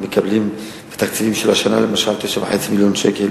מקבלים בתקציבים של השנה, למשל, 9.5 מיליון שקל